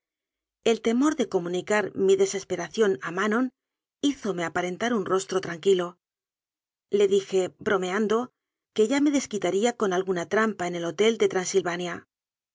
el temor de comunicar mi desesperación a manon hízome aparentar un rostro tranquilo le dije bromeando que ya me desquitaría con alguna trampa en el hotel de transilvania